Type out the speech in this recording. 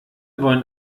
wollen